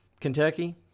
Kentucky